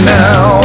now